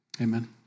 Amen